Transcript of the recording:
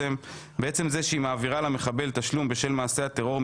בעצם זה שהיא מעבירה למחבל תשלום בשל מעשה הטרור,